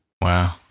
Wow